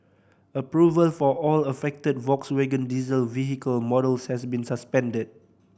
approval for all affected Volkswagen diesel vehicle models has been suspended